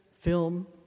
film